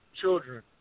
children